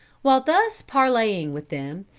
while thus parleying with them,